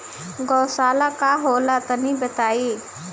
गौवशाला का होला तनी बताई?